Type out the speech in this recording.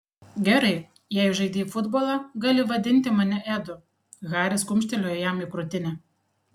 gerai jei žaidei futbolą gali vadinti mane edu haris kumštelėjo jam į krūtinę